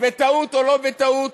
בטעות או שלא בטעות,